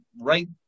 right